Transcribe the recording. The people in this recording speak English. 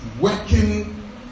Working